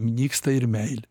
nyksta ir meilė